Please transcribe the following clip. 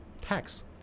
Tax